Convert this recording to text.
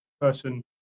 person